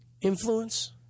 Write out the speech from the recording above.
influence